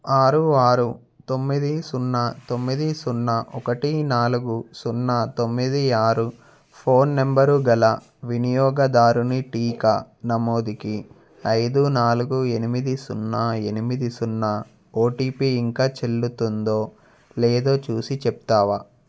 ఆరు ఆరు తొమ్మిది సున్నా తొమ్మిది సున్నా ఒకటి నాలుగు సున్నా తొమ్మిది ఆరు ఫోన్ నంబరు గల వినియోగదారుని టీకా నమోదుకి ఐదు నాలుగు ఎనిమిది సున్నా ఎనిమిది సున్నా ఓటిపీ ఇంకా చెల్లుతుందో లేదో చూసి చెప్తావా